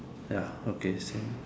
ya okay same